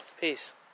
peace